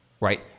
right